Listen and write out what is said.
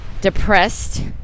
depressed